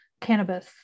cannabis